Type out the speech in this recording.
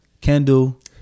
Kendall